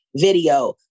video